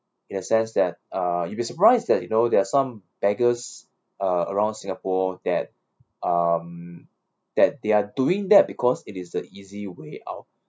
in a sense that uh you'd be surprised that you know there are some beggars uh around singapore that um that they are doing that because it is the easy way out